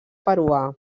peruà